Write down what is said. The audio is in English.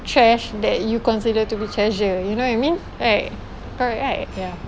trash that you consider to be treasure you know what I mean right correct right ya